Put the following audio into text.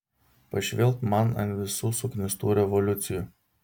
pašvilpt man ant visų suknistų revoliucijų